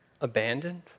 abandoned